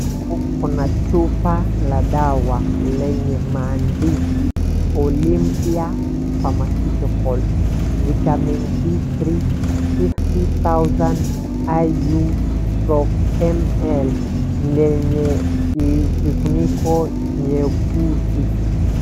Kuna chupa la dawa lenye maandishi Olympia Pharmaceuticals vitamin D3 fifty thousand Iu/ml yenye kifuniko nyeusi.